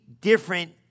different